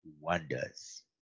wonders